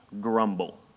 grumble